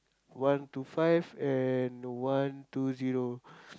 one two five and one two zero